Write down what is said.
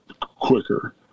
quicker